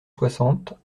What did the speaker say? soixante